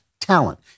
talent